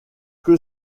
que